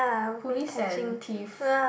police and thief